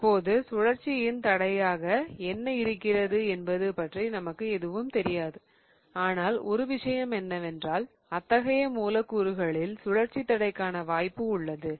இப்போது சுழற்சியின் தடையாக என்ன இருக்கிறது என்பது பற்றி நமக்கு எதுவும் தெரியாது ஆனால் ஒரு விஷயம் என்னவென்றால் அத்தகைய மூலக்கூறுகளில் சுழற்சி தடைக்கான வாய்ப்பு உள்ளது